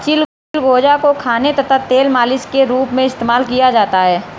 चिलगोजा को खाने तथा तेल मालिश के रूप में इस्तेमाल किया जाता है